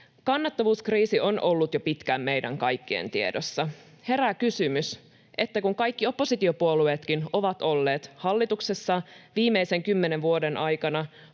Kannattavuuskriisi on ollut jo pitkään meidän kaikkien tiedossa. Herää kysymys, että kun kaikki oppositiopuolueetkin ovat olleet hallituksessa viimeisen kymmenen vuoden aikana,